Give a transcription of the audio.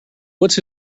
what’s